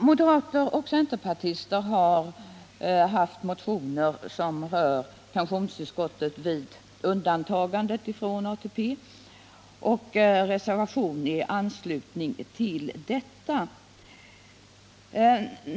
Moderater och centerpartister har haft motioner som rör pensionstillskottet vid undantagande från ATP och en reservation i anslutning till dessa.